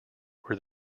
where